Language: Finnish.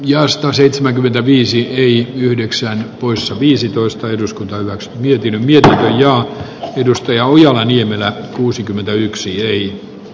ja sataseitsemänkymmentäviisi eli yhdeksän poissa viisitoista eduskuntaan mietin miltähän jo on edustajia oli arvoisa puhemies